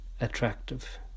attractive